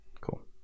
Cool